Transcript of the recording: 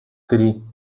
tri